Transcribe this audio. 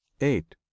eight